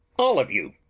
all of you?